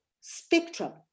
spectrum